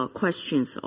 questions